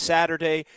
Saturday